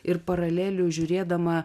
ir paralelių žiūrėdama